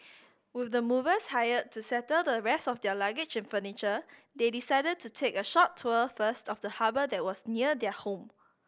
with the movers hired to settle the rest of their luggage and furniture they decided to take a short tour first of the harbour that was near their home